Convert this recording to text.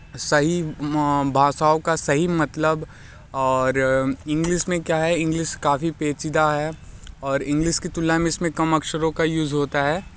सही भाषाओं का सही मतलब और इंग्लिस में क्या है इंग्लिस काफ़ी पेचीदा है और इंग्लिस की तुलना में इसमें कम अक्षरों का यूज़ होता है